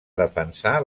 defensar